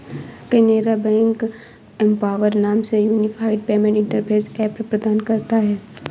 Canara bank empower नाम से unified payment interface app प्रदान करता हैं